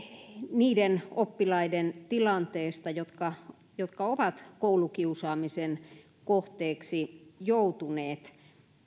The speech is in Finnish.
niiden oppilaiden tilanteesta jotka jotka ovat koulukiusaamisen kohteeksi joutuneet